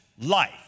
life